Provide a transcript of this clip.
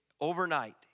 Overnight